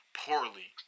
poorly